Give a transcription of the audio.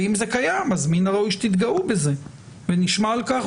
ואם זה קיים אז מין הראוי שתתגאו בזה ונשמע על כך,